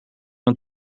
hun